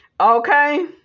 Okay